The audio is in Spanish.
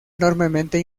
enormemente